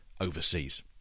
overseas